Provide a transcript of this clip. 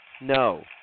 No